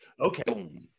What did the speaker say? Okay